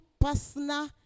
personal